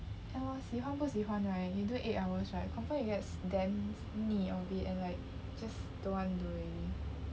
and 我喜欢不喜欢 right you do eight hours right confirm you get damn 腻 of it and like just don't want to do already